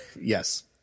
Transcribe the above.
Yes